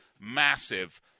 massive